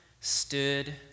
stood